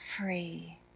free